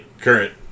current